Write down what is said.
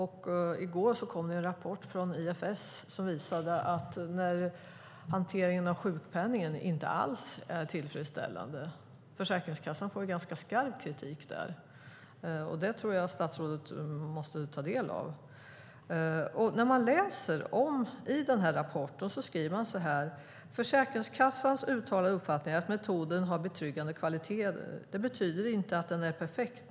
I går kom en rapport från ISF som visade att hanteringen av sjukpenningen inte alls är tillfredsställande. Försäkringskassan får ganska skarp kritik där. Detta tror jag att statsrådet måste ta del av. I rapporten skriver man så här: "Försäkringskassans uttalade uppfattning är att metoden har betryggande kvaliteter. Det betyder inte att den är perfekt.